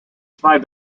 zwei